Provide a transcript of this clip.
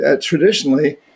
Traditionally